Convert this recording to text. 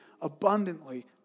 abundantly